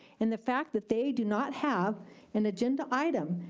and the fact that they do not have an agenda item,